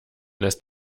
lässt